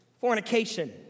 fornication